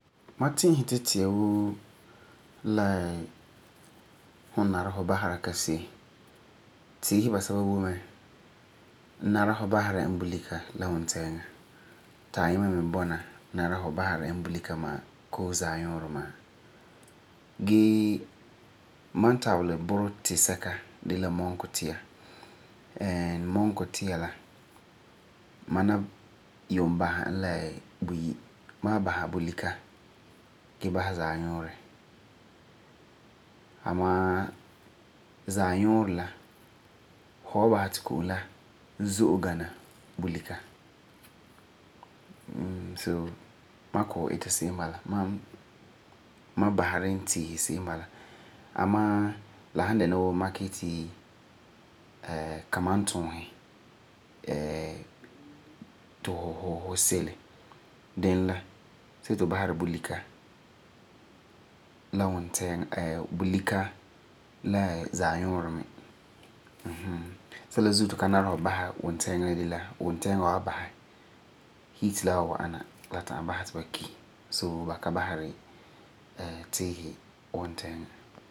Ma ti'isɛ ti tia woo la fu nari fu basera ka se'em. Tiisi basɛba boi mɛ, nara fu basera e bulika la wuntɛɛŋa ti ayima mi bɔna nara fu basera e bulika ma'a koo zaanuurɛ ma'a. Gee ma tabelɛ burɛ tisɛka de la mɔnkɔ tia. mɔnkɔ tia la ma na yuum basɛ e la buyi. Amaa zaanuurɛ la fu wa basɛ ti ko'om la zo'e gana bulika, so ma kɔ'ɔm ita se'em bala, mam baseri n tiisi se'em bala. Sɛla zuo ti fu ka nara wuntɛɛŋa la de la wuntɛɛŋa fu wa basɛ heat la was wa'ana la ta'am basɛ ti ba ki. So, ba ka baseri tiisi wuntɛɛŋa.